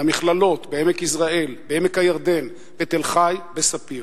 למכללות בעמק-יזרעאל ובעמק-הירדן ולמכללת "ספיר".